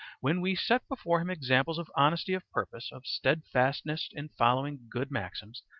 when we set before him examples of honesty of purpose, of steadfastness in following good maxims,